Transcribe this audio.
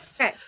Okay